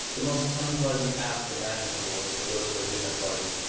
the most unpleasant act imaginable is to go to a dinner party.